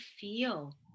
feel